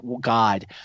God